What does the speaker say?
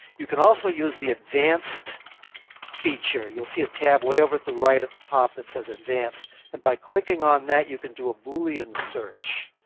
you can also use the advanced feature you'll see a tab way over the right at the top that says advanced and by clicking on that you could do a boolean search.